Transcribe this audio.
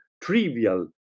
trivial